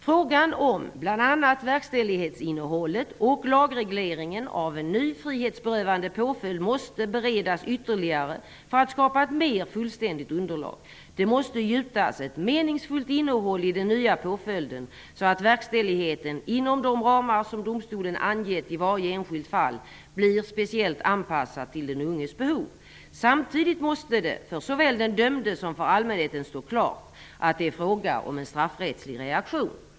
Frågan om bl.a. verkställighetsinnehållet och lagregleringen av en ny frihetsberövande påföljd måste beredas ytterligare för att skapa ett mer fullständigt underlag. Det måste gjutas ett meningsfullt innehåll i den nya påföljden, så att verkställigheten inom de ramar som domstolen angett i varje enskilt fall blir speciellt anpassad till den unges behov. Samtidigt måste det såväl för den dömde som för allmänheten stå klart att det är fråga om en straffrättslig reaktion.